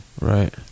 Right